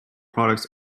products